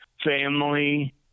family